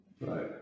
Right